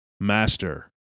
master